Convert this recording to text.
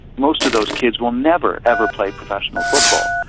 most of those kids will never, ever play professional football,